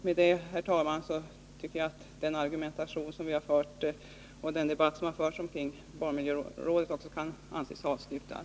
Med detta, herr talman, tycker jag att den argumentation och den debatt som har förts omkring barnmiljörådet kan anses vara avslutad.